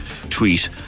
tweet